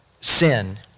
sin